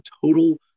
total